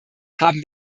haben